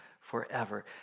forever